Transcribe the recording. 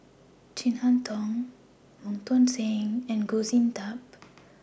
Chin Harn Tong Wong Tuang Seng and Goh Sin Tub